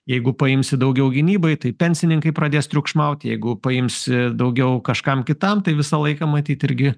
jeigu paimsi daugiau gynybai tai pensininkai pradės triukšmauti jeigu paimsi daugiau kažkam kitam tai visą laiką matyt irgi